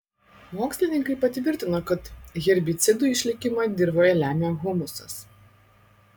mokslininkai patvirtino kad herbicidų išlikimą dirvoje lemia humusas